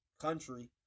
country